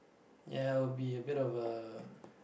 ya it'll be a bit of a